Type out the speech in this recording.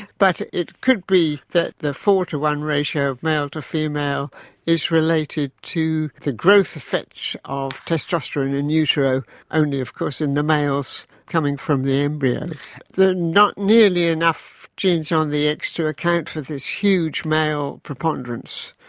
but it could be that the four to one ratio of male to female is related to the growth effects of testosterone in utero only of course in the males coming from the embryo. there are not nearly enough genes on the x to account for this huge male preponderance,